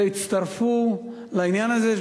הצטרפו לעניין הזה.